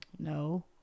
no